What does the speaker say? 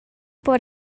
por